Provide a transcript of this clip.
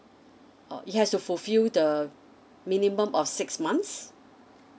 uh he has to fulfil the minimum of six months